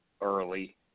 early